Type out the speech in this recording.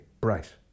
bright